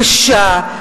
קשה,